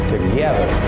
Together